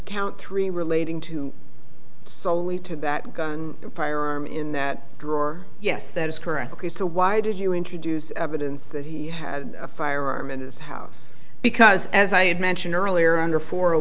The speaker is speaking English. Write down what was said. count three relating to solely to that gun prior i'm in that drawer yes that is correct ok so why did you introduce evidence that he had a firearm in his house because as i mentioned earlier under for